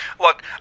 Look